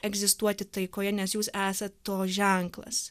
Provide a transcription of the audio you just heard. egzistuoti taikoje nes jūs esat to ženklas